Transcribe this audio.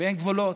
ואין גבולות.